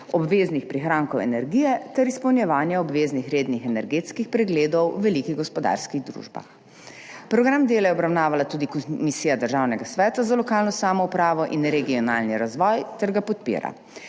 obveznih prihrankov energije ter izpolnjevanja obveznih rednih energetskih pregledov v velikih gospodarskih družbah. Program dela je obravnavala tudi Komisija Državnega sveta za lokalno samoupravo in regionalni razvoj ter ga podpira.